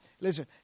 listen